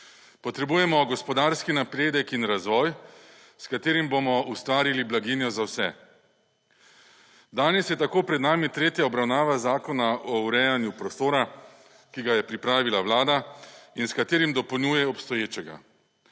Potrebujemo gospodarski napredek in razvoj s katerim bomo ustvarili blaginjo za vse. Danes je tako pred nami tretja obravnava zakona o urejanju prostora, ki ga je pripravila Vlada in s katerim dopolnjuje obstoječega.